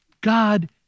God